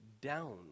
down